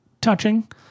touching